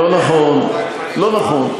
לא נכון, לא נכון.